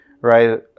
right